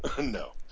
No